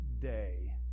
day